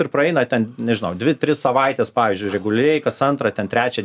ir praeina ten žinau dvi tris savaites pavyzdžiui reguliariai kas antrą ten trečią